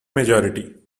majority